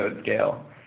scale